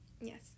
Yes